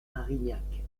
arignac